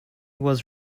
was